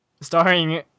starring